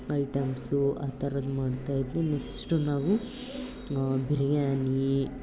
items ಆ ಥರದ್ದು ಮಾಡ್ತಾಯಿದ್ದೆ ನೆಕ್ಸ್ಟು ನಾವು ಬಿರ್ಯಾನಿ